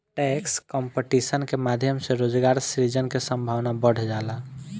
tax competition के माध्यम से रोजगार सृजन के संभावना बढ़ जाला